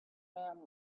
man